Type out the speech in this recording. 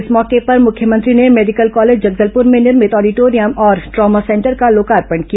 इस मौके पर मुख्यमंत्री ने मेडिकल कॉलेज जगदलपुर में निर्मित ऑडिटोरियम और ट्रामा सेंटर का लोकार्पण किया